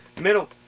middle